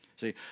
See